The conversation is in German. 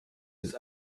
ist